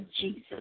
Jesus